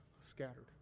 scattered